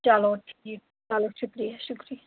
چلو ٹھیٖک چلو شُکریہ شُکریہ